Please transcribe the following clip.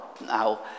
Now